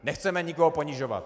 Nechceme nikoho ponižovat.